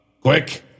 quick